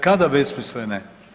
Kada besmislene?